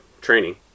training